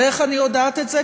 ואיך אני יודעת את זה?